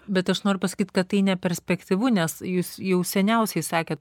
bet aš noriu pasakyt kad tai neperspektyvu nes jūs jau seniausiai sakėt